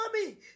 Mommy